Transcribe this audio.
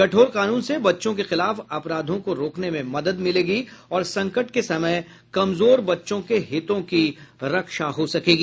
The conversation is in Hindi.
कठोर कानून से बच्चों के खिलाफ अपराधों को रोकने में मदद मिलेगी और संकट के समय कमजोर बच्चों के हितों की रक्षा हो सकेगी